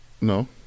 No